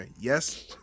Yes